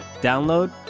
download